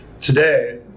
today